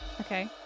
Okay